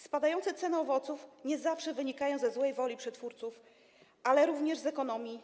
Spadające ceny owoców nie zawsze wynikają ze złej woli przetwórców, ale wiążą się również z ekonomią.